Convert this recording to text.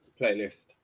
Playlist